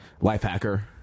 Lifehacker